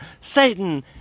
Satan